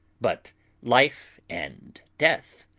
but life and death,